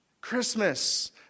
Christmas